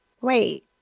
wait